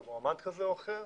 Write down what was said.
במועמד כזה או אחר,